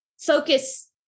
focus